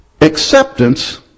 acceptance